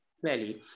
clearly